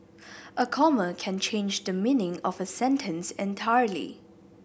a comma can change the meaning of a sentence entirely